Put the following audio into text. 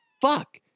fuck